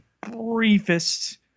briefest